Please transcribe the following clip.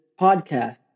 podcast